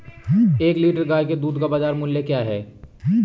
एक लीटर गाय के दूध का बाज़ार मूल्य क्या है?